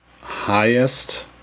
highest